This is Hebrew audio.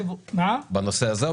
בנושא הזה.